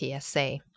PSA